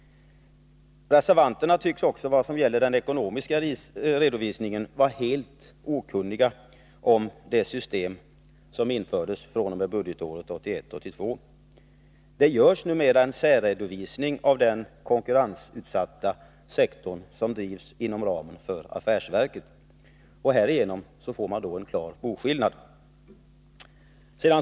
Reservanterna tycks också vad gäller den ekonomiska redovisningen vara helt okunniga om det system som infördes fr.o.m. budgetåret 1981/82. Det görs numera en särredovisning av den konkurrensutsatta sektorn, som drivs inom ramen för affärsverket. Härigenom får man en klar boskillnad.